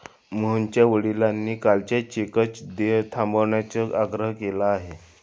मोहनच्या वडिलांनी कालच्या चेकचं देय थांबवण्याचा आग्रह केला आहे